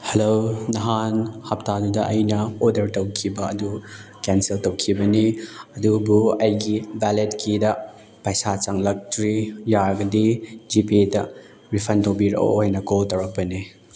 hello ꯅꯍꯥꯟ ꯍꯞꯇꯥꯗꯨꯗ ꯑꯩꯅ ꯑꯣꯔꯗꯔ ꯇꯧꯈꯤꯕ ꯑꯗꯨ ꯀꯦꯟꯁꯦꯜ ꯇꯧꯈꯤꯕꯅꯤ ꯑꯗꯨꯕꯨ ꯑꯩꯒꯤ ꯕꯦꯜꯂꯤꯠ ꯀꯤꯗ ꯄꯩꯁꯥ ꯆꯪꯂꯛꯇ꯭ꯔꯤ ꯌꯥꯔꯒꯗꯤ ꯖꯤ ꯄꯦꯗ ꯔꯤꯐꯟ ꯇꯧꯕꯤꯔꯛꯑꯣꯅ ꯀꯣꯜ ꯇꯧꯔꯛꯄꯅꯦ